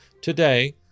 today